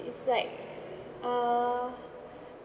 it's like uh